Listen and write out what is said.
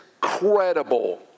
credible